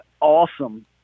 awesome